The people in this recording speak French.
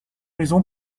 maison